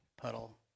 puddle